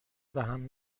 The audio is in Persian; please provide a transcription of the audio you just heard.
بهم